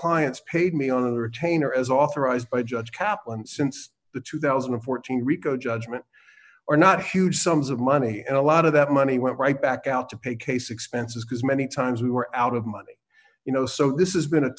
clients paid me on the retainer as authorized by judge kaplan since the two thousand and fourteen rico judgment are not huge sums of money a lot of that money went right back out to pay case expenses because many times we were out of money you know so this is been a